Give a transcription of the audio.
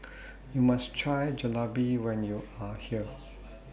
YOU must Try Jalebi when YOU Are here